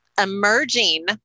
emerging